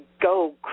go